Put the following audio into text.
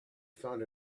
found